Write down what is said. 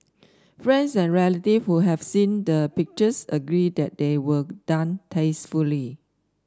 friends and relatives who have seen the pictures agree that they were done tastefully